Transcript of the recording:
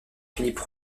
philippe